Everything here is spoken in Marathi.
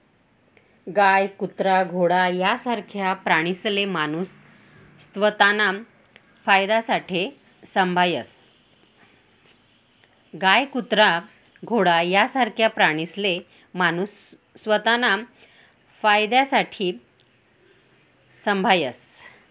गाय, कुत्रा, घोडा यासारखा प्राणीसले माणूस स्वताना फायदासाठे संभायस